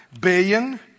billion